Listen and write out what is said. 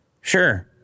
Sure